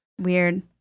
Weird